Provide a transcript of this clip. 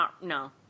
No